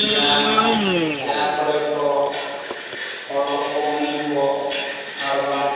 ᱡᱟᱦᱟᱱᱟᱜ ᱡᱟᱦᱟᱸ ᱠᱚᱨᱮ ᱠᱚ ᱦᱚᱲ ᱠᱚᱠᱚ ᱩᱱᱩᱢ ᱠᱚ ᱟᱨ ᱵᱟᱝ